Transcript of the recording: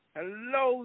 Hello